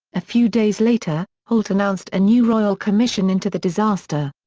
a few days later, holt announced a new royal commission into the disaster.